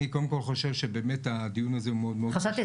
אני חושב שהדיון הזה מאוד חשוב.